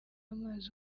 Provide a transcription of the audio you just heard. amazi